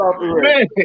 man